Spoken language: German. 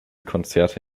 konzerte